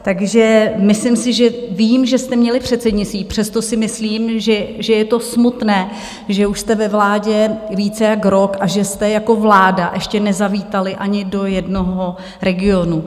Takže myslím si, že vím, že jste měli předsednictví, přesto si myslím, že je to smutné, že už jste ve vládě více jak rok a že jste jako vláda ještě nezavítali ani do jednoho regionu.